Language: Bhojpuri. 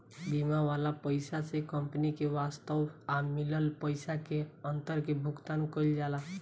बीमा वाला पइसा से कंपनी के वास्तव आ मिलल पइसा के अंतर के भुगतान कईल जाला